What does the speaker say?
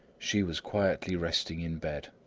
she was quietly resting in bed.